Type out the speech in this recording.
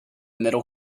middle